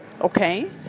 okay